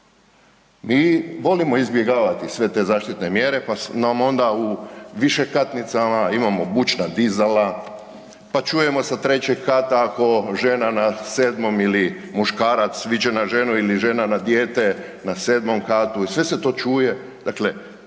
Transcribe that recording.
Mi volimo izbjegavati sve te zaštitne mjere, pa nam onda u višekatnicama imamo bučna dizala, pa čujemo sa 3. kata ako žena na 7. ili muškarac viče na ženu ili žena na dijete na 7. katu i sve se to čuje,